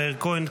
מאיר כהן,